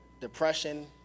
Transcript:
depression